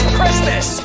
Christmas